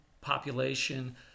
population